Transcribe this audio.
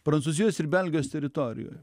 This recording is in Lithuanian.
prancūzijos ir belgijos teritorijoje